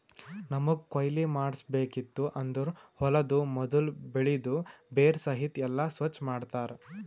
ನಮ್ಮಗ್ ಕೊಯ್ಲಿ ಮಾಡ್ಸಬೇಕಿತ್ತು ಅಂದುರ್ ಹೊಲದು ಮೊದುಲ್ ಬೆಳಿದು ಬೇರ ಸಹಿತ್ ಎಲ್ಲಾ ಸ್ವಚ್ ಮಾಡ್ತರ್